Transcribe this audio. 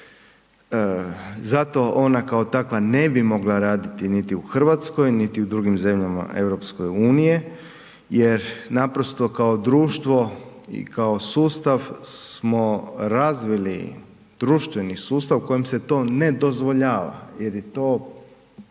Zato ona kao takva ne bi mogla raditi niti u Hrvatskoj niti u drugim zemljama EU-a jer naprosto kao društvo i kao sustav smo razvili društveni sustav u kojem se to ne dozvoljava jer je to